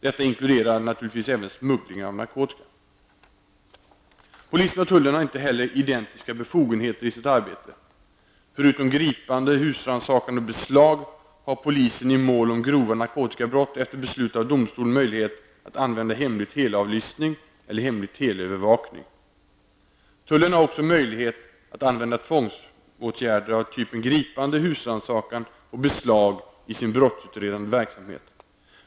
Detta inkluderar naturligtvis även smuggling av narkotika. Polisen och tullen har inte heller identiska befogenheter i sitt arbete. Förutom gripande, husrannsakan och beslag har polisen i mål om grova narkotikabrott efter beslut av domstol möjlighet att använda hemlig teleavlyssning eller hemlig teleövervakning. Tullen har också möjlighet att använda tvångsåtgärder av typen gripande, husrannsakan och beslag i sin brottsutredande verksamhet.